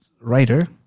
writer